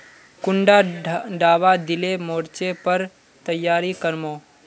कुंडा दाबा दिले मोर्चे पर तैयारी कर मो?